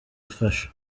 amfasha